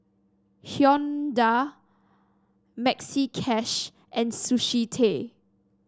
Hyundai Maxi Cash and Sushi Tei